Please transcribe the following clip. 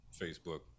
facebook